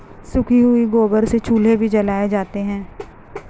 सूखे हुए गोबर से चूल्हे भी जलाए जाते हैं